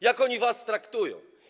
Jak oni was traktują?